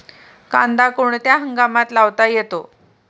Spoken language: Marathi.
कांदा कोणत्या हंगामात लावता येतो?